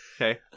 Okay